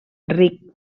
ric